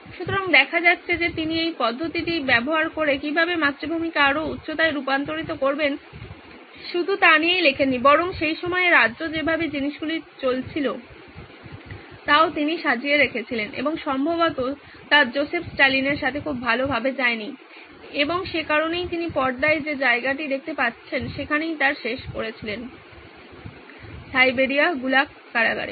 সুতরাং দেখা যাচ্ছে যে তিনি এই পদ্ধতিটি ব্যবহার করে কীভাবে মাতৃভূমিকে আরও উচ্চতায় রূপান্তরিত করবেন শুধু তা নিয়েই লিখেননি বরং সেই সময়ে রাজ্যে যেভাবে জিনিসগুলি চলছিল তাও তিনি সাজিয়ে রেখেছিলেন এবং সম্ভবত তা জোসেফ স্ট্যালিনের সাথে খুব ভালভাবে যায়নি এবং সে কারণেই তিনি পর্দায় যে জায়গাটি দেখতে পাচ্ছেন সেখানেই তার শেষ করেছিলেন সাইবেরিয়া গুলাগ কারাগারে